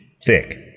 thick